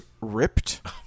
ripped